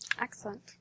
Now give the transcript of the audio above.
Excellent